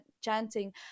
chanting